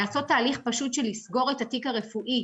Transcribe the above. לעשות תהליך פשוט של לסגור את התיק הרפואי,